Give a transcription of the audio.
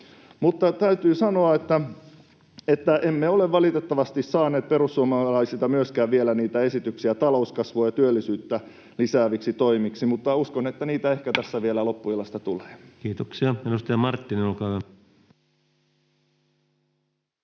Mutta täytyy sanoa, että emme ole valitettavasti saaneet perussuomalaisilta myöskään vielä esityksiä talouskasvua ja työllisyyttä lisääviksi toimiksi, mutta uskon, että niitä ehkä tässä vielä loppuillasta tulee. [Speech